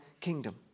kingdom